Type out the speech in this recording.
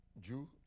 Jew